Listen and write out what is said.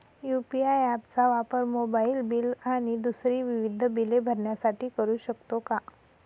UPI app चा वापर mobile bill आणि दुसरी विविध बिले भरण्यासाठी करू शकतो का?